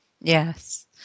Yes